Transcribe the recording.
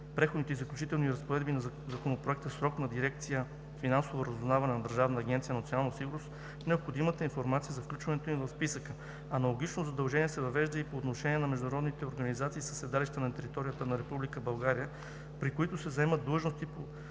Преходните и заключителните разпоредби на Законопроекта срок на дирекция „Финансово разузнаване“ на Държавна агенция „Национална сигурност“ необходимата информация за включването им в списъка. Аналогично задължение се въвежда и по отношение на международните организации със седалище на територията на Република България, при които се заемат длъжности,